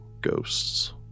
ghosts